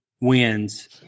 wins